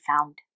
found